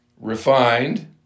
refined